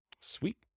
Sweet